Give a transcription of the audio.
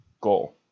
goal